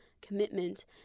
commitment